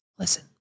listen